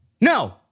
No